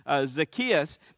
Zacchaeus